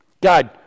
God